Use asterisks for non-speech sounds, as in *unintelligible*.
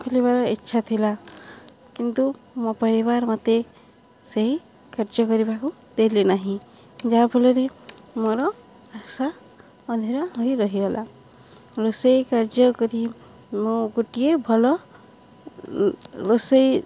ଖୋଲିବାର ଇଚ୍ଛା ଥିଲା କିନ୍ତୁ ମୋ ପରିବାର ମୋତେ ସେହି କାର୍ଯ୍ୟ କରିବାକୁ ଦେଲି ନାହିଁ ଯାହାଫଳରେ ମୋର ଆଶା *unintelligible* ହୋଇ ରହିଗଲା ରୋଷେଇ କାର୍ଯ୍ୟ କରି ମୁଁ ଗୋଟିଏ ଭଲ ରୋଷେଇ